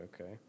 okay